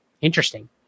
Interesting